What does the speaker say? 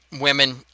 women